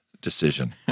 decision